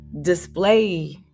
display